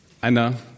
einer